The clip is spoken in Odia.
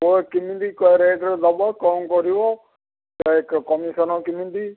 ଆଉ କେମିତି କ ରେଟ୍ରେ ଦେବ କ'ଣ କରିବ କମିଶନ୍ କେମିତି